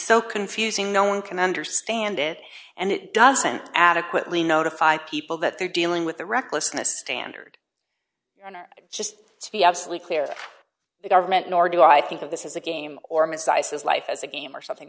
so confusing no one can understand it and it doesn't adequately notify people that they're dealing with the recklessness standard or just to be absolutely clear that the government nor do i think of this is a game or midsized as life as a game or something